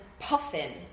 Puffin